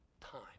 time